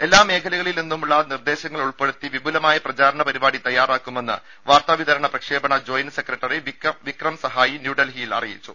എല്ലാ മേഖലകളിൽ നിന്നുമുള്ള നിർദ്ദേശങ്ങൾ ഉൾപ്പെടുത്തി വിപുലമായ പ്രചാരണ പരിപാടി തയ്യാറാക്കുമെന്ന് വാർത്താ വിതരണ പ്രക്ഷേപണ ജോയിന്റ് സെക്രട്ടറി വിക്രം സഹായി ന്യൂഡൽഹിയിൽ അറിയിച്ചു